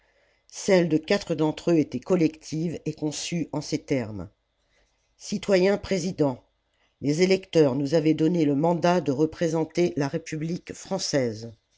celle de quatre d'entre eux était collective et conçue en ces termes citoyen président les électeurs nous avaient donné le mandat de représenter la république française